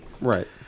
Right